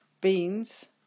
beans